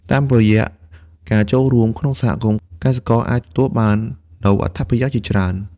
តាមរយៈការចូលរួមក្នុងសហគមន៍ កសិករអាចទទួលបាននូវអត្ថប្រយោជន៍ជាច្រើន។